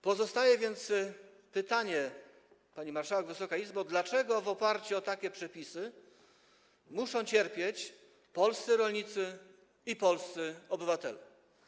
Pozostaje więc pytanie, pani marszałek, Wysoka Izbo, dlaczego w oparciu o takie przepisy muszą cierpieć polscy rolnicy i polscy obywatele.